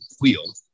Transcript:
wheel